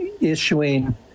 issuing